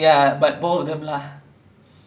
it's the it's the it's the russo brothers right